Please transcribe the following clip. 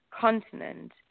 continent